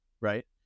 right